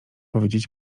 powiedzieć